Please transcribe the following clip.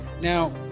now